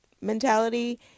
mentality